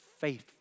Faith